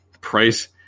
Price